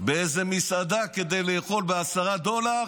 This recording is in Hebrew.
באיזו מסעדה כדי לאכול בעשרה דולר,